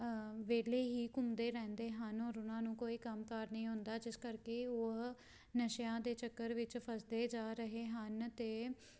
ਵਿਹਲੇ ਹੀ ਘੁੰਮਦੇ ਰਹਿੰਦੇ ਹਨ ਔਰ ਉਹਨਾਂ ਨੂੰ ਕੋਈ ਕੰਮਕਾਰ ਨਹੀਂ ਹੁੰਦਾ ਜਿਸ ਕਰਕੇ ਉਹ ਨਸ਼ਿਆਂ ਦੇ ਚੱਕਰ ਵਿੱਚ ਫਸਦੇ ਜਾ ਰਹੇ ਹਨ ਅਤੇ